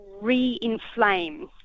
re-inflame